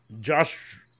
Josh